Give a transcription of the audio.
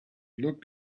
looked